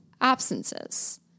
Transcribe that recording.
absences